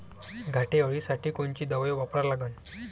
घाटे अळी साठी कोनची दवाई वापरा लागन?